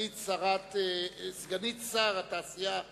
סגנית שר התעשייה,